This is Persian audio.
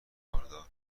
خاردار